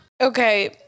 Okay